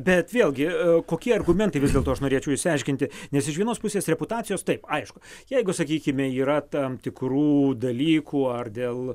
bet vėlgi kokie argumentai vis dėlto aš norėčiau išsiaiškinti nes iš vienos pusės reputacijos taip aišku jeigu sakykime yra tam tikrų dalykų ar dėl